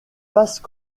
vaste